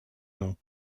n’ont